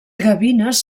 gavines